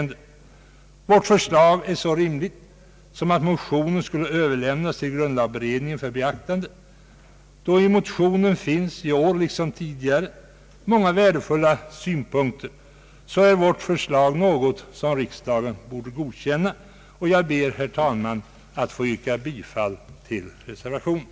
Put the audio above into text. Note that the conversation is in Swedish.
Vårt förslag är så rimligt som att motionen skulle överlämnas till grundlagberedningen för beaktande. Då det i år liksom tidigare i motionen finns många värdefulla synpunkter, bör riksdagen godkänna vårt förslag. Herr talman! Jag ber att få yrka bifall till reservationen.